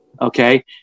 okay